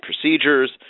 procedures